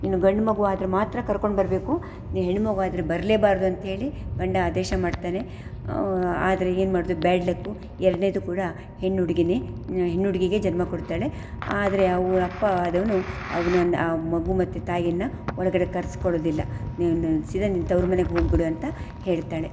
ನೀನು ಗಂಡು ಮಗು ಆದರೆ ಮಾತ್ರ ಕರ್ಕೊಂಡು ಬರಬೇಕು ನೀ ಹೆಣ್ಣುಮಗು ಆದರೆ ಬರಲೇಬಾರ್ದು ಅಂತೇಳಿ ಗಂಡ ಆದೇಶ ಮಾಡ್ತಾನೆ ಆದರೆ ಏನ್ಮಾಡೋದು ಬ್ಯಾಡ್ ಲಕ್ಕು ಎರಡನೆಯದು ಕೂಡ ಹೆಣ್ಣು ಹುಡುಗೀನೇ ಹೆಣ್ಣು ಹುಡುಗೀಗೇ ಜನ್ಮ ಕೊಡ್ತಾಳೆ ಆದರೆ ಅವ್ಳ ಅಪ್ಪ ಆದವನು ಅವ್ನನ್ನು ಆ ಮಗು ಮತ್ತು ತಾಯಿಯನ್ನ ಒಳಗಡೆ ಕರ್ಸಿಕೊಳೋದಿಲ್ಲ ನೀನು ಸೀದಾ ನಿನ್ನ ತವ್ರು ಮನೆಗೆ ಹೋಗಿಬಿಡು ಅಂತ ಹೇಳ್ತಾಳೆ